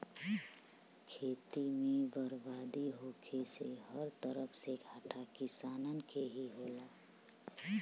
खेती में बरबादी होखे से हर तरफ से घाटा किसानन के ही होला